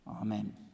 Amen